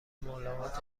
ملاقات